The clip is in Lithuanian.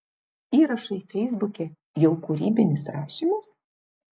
įrašai feisbuke jau kūrybinis rašymas